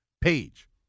page